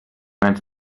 als